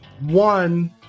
One